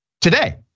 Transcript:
today